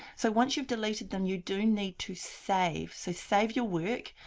so, once you've deleted them you do need to save. so, save your work.